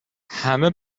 همه